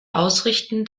ausrichten